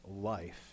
life